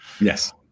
Yes